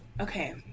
Okay